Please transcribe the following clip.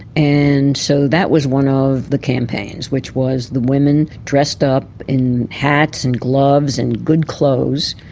and so that was one of the campaigns, which was the women dressed up in hats and gloves and good clothes,